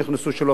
כבוד היושב-ראש.